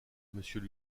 monsieur